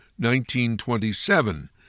1927